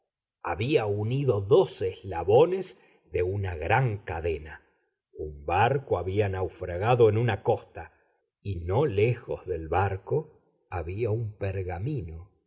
había unido dos eslabones de una gran cadena un barco había naufragado en una costa y no lejos del barco había un pergamino